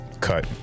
cut